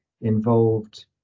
involved